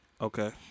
Okay